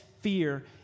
fear